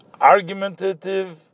argumentative